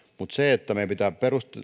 mutta meidän pitää